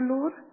Lord